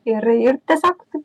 ir ir tiesiog taip